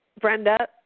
Brenda